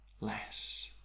less